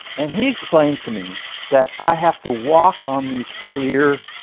and he explains to me that i have to walk on these clear